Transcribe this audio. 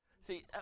See